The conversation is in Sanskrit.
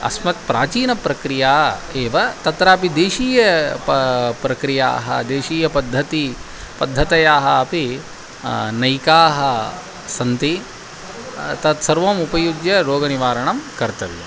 अस्मत् प्राचीनप्रक्रिया एव तत्रापि देशीय प प्रक्रियाः देशीयपद्धतयः पद्धतयः अपि नैकाः सन्ति तत्सर्वम् उपयुज्य रोगनिवारणं कर्तव्यम्